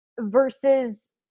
versus